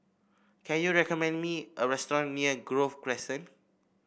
can you recommend me a restaurant near Grove Crescent